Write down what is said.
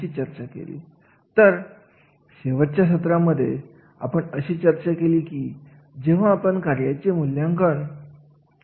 गरजेच्या मूल्यांकनाच्या पद्धतीमध्ये जसे की आपण बोलत होतो कार्याचे अवलोकन करावे लागते